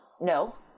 No